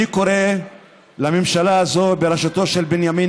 אני קורא לממשלה הזו בראשותו של בנימין